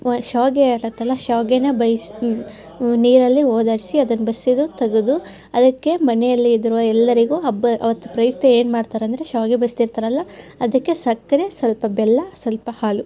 ಶಾವಿಗೆ ಇರುತ್ತಲ್ಲ ಶಾವಿಗೆನ ಬಯ್ಸ್ ನೀರಲ್ಲಿ ಹೋದಾಡಿಸಿ ಅದನ್ನ ಬಸಿದು ತೆಗೆ ಅದಕ್ಕೆ ಮನೆಯಲ್ಲಿ ಇದ್ದಿರುವ ಎಲ್ಲರಿಗೂ ಹಬ್ಬ ಆವತ್ತು ಪ್ರಯುಕ್ತ ಏನು ಮಾಡ್ತಾರೆ ಅಂದರೆ ಶಾವಿಗೆ ಬಸಿದಿರ್ತಾರಲ್ಲ ಅದಕ್ಕೆ ಸಕ್ಕರೆ ಸ್ವಲ್ಪ ಬೆಲ್ಲ ಸ್ವಲ್ಪ ಹಾಲು